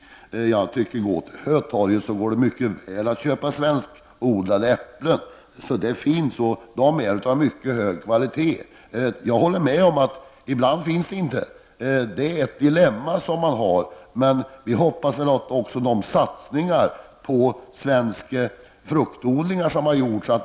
Gå till Hötorget! Där går det mycket väl att köpa svenskodlade äpplen. Det finns. De är av mycket hög kvalitet. Jag håller med om att det ibland inte finns svenska äpplen. Det är ett dilemma. Men vi hoppas att satsningarna på svenska fruktodlingar skall ge resultat.